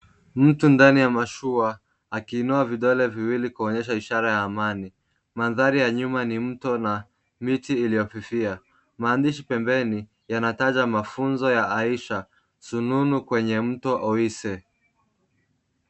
Mtu ndani ya mashua akiinua vidole viwili kuonyesha ishara ya amani maandhari ya nyuma ni mto na miti iliyofifia maandishi pembeni yanataja mafunzo ya Aisha sununu kwenye mto Oise.